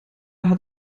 hat